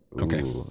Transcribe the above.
Okay